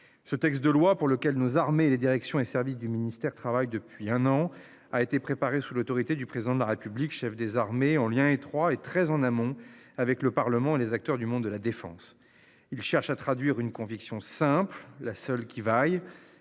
Ce texte de loi pour lequel nous armer les directions et services du ministère travaille depuis un an a été préparé sous l'autorité du président de la République, chef des armées en lien étroit et très en amont avec le Parlement, les acteurs du monde de la Défense, il cherche à traduire une conviction simple, la seule qui vaille